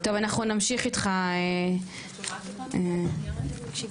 ניצב